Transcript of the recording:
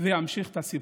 וימשיך את הסיפור,